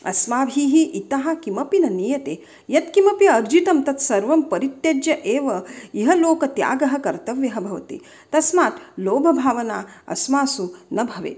अस्माभिः इतः किमपि न नीयते यत्किमपि अर्जितं तत्सर्वं परित्यज्य एव इह लोकत्यागः कर्तव्यः भवति तस्मात् लोभभावना अस्मासु न भवेत्